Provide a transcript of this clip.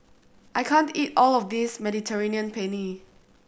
I can't eat all of this Mediterranean Penne